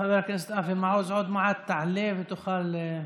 חבר הכנסת אבי מעוז, עוד מעט תעלה ותוכל לדבר.